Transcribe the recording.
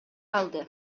калды